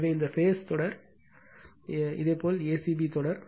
எனவே இந்த பேஸ் தொடர் இதேபோல் a c b தொடர்